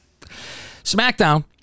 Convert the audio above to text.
Smackdown